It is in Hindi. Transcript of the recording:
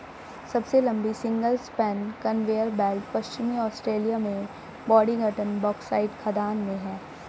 सबसे लंबी सिंगल स्पैन कन्वेयर बेल्ट पश्चिमी ऑस्ट्रेलिया में बोडिंगटन बॉक्साइट खदान में है